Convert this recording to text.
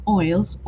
oils